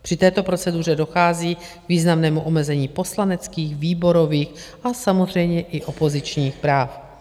Při této proceduře dochází k významnému omezení poslaneckých, výborových a samozřejmě i opozičních práv.